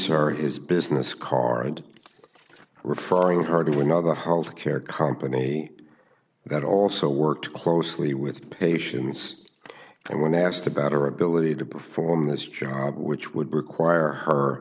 her is business card referring her to another hold care company that also worked closely with patients and when asked about her ability to perform this job which would require her